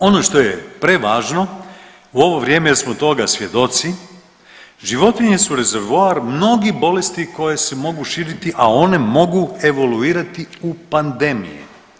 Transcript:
Ali ono što je prevažno u ovo vrijeme jer smo toga svjedoci životinje su rezervoar mnogih bolesti koje se mogu širiti, a one mogu evoluirati u pandemije.